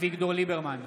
אביגדור ליברמן,